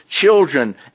children